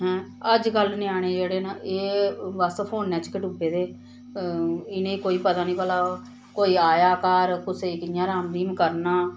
हें अजकल्ल ञ्याणे जेह्ड़े न एह् बस फौने च गै डुब्बे दे इनेंगी कोई पता नेईं भला कोई आया घर कुसै गी कि'यां राम रहीम करना